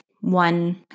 one